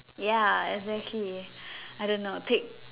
ya exactly I don't know take